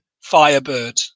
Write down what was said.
Firebird